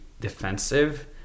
defensive